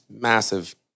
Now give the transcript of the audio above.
massive